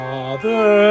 Father